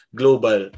global